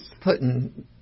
putting